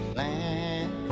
land